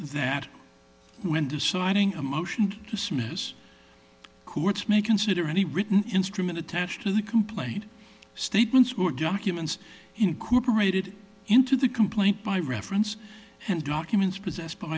that when deciding a motion to dismiss the courts may consider any written instrument attached to the complaint statements or documents incorporated into the complaint by reference and documents possess